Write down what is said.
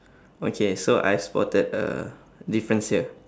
okay so I spotted a difference here